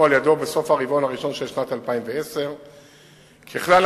על-ידו בסוף הרבעון הראשון של שנת 2010. ככלל,